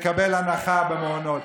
לקבל הנחה במעונות.